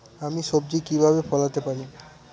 আমি সবজি কিভাবে ফলাতে পারি?